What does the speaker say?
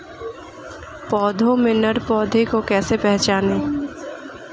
पौधों में नर पौधे को कैसे पहचानें?